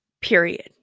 period